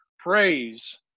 Praise